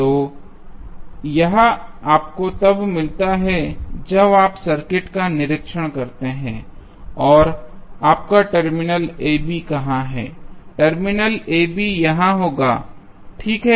तो यह आपको तब मिलता है जब आप सर्किट का निरीक्षण करते हैं और आपका टर्मिनल a b कहां है टर्मिनल a b यहां होगा ठीक है